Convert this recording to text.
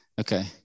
Okay